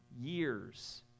years